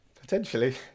Potentially